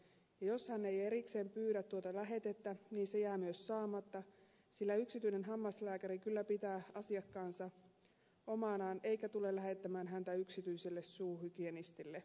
jos hän ei erikseen pyydä tuota lähetettä niin se jää myös saamatta sillä yksityinen hammaslääkäri kyllä pitää asiakkaansa omanaan eikä tule lähettämään häntä yksityiselle suuhygienistille